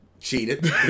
Cheated